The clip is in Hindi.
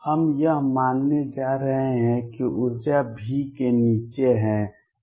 हम यह मानने जा रहे हैं कि ऊर्जा V के नीचे है